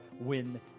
Win